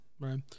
Right